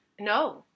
No